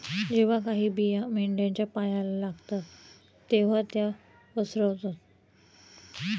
जेव्हा काही बिया मेंढ्यांच्या पायाला लागतात तेव्हा त्या पसरतात